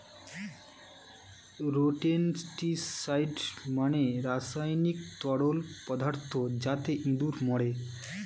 rodenticide মানে রাসায়নিক তরল পদার্থ যাতে ইঁদুর মরে